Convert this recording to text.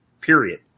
period